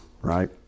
right